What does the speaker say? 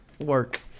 work